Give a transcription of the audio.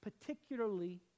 particularly